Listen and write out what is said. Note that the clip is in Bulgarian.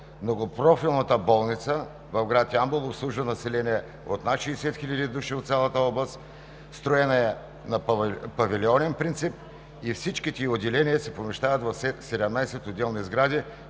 Многопрофилната болница в град Ямбол обслужва население от над 60 хиляди души от цялата област. Строена е на павилионен принцип и всичките ѝ отделения се помещават в 17 отделни сгради,